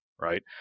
right